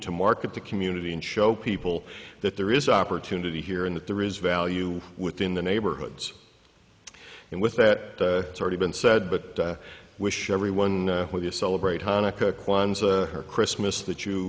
to market the community and show people that there is opportunity here and that there is value within the neighborhoods and with that already been said but i wish everyone well your celebrate hanukkah kwanzaa or christmas that you